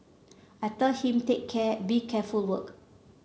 I tell him take care be careful work